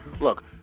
look